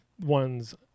ones